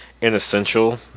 inessential